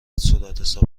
صورتحساب